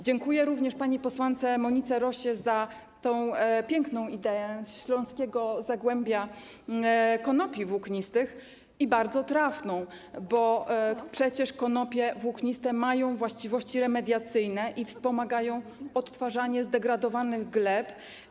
Dziękuję również pani posłance Monice Rosie za piękną ideę śląskiego zagłębia konopi włóknistych - i bardzo trafną, bo przecież konopie włókniste mają właściwości remediacyjne i wspomagają odtwarzanie zdegradowanych gleb.